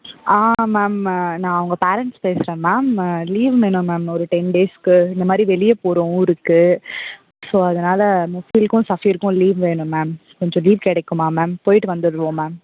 ஆ ma'am நான் அவங்க parents பேசுகிறேன் மேம் லீவ் வேணும் மேம் ஒரு டென் டேஸுக்கு இந்த மாதிரி வெளியே போகிறோம் ஊருக்கு ஸோ அதனால் முஃபிலுக்கும் சஃபீருக்கும் லீவ் வேணும் மேம் கொஞ்சம் லீவ் கிடைக்குமா மேம் போய்ட்டு வந்துடுவோம் மேம்